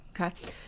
Okay